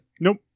Nope